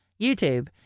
YouTube